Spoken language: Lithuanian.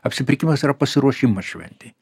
apsipirkimas yra pasiruošimas šventei